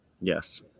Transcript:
Yes